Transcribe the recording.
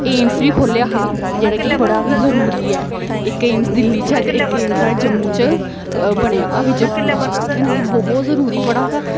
AIIMS बी खोह्लेआ हा जेह्ड़ा बड़ा गै जरूरी ऐ इक्क एमस दिल्ली च ते इ एम साढ़े जम्मू च बनेआ विजयपुर च ठीक ऐ बहुत जरू बड़ा